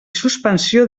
suspensió